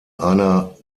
einer